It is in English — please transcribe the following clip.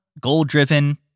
goal-driven